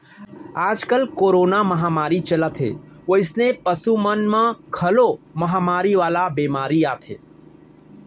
आजकाल कोरोना महामारी चलत हे वइसने पसु मन म घलौ महामारी वाला बेमारी आथे